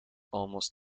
almost